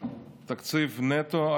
התקציב נטו,